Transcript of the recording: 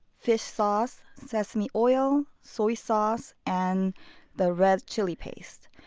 fish sauce, sesame oil, soy sauce, and the red chili paste.